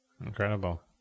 Incredible